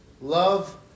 love